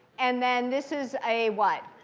and then this is a what,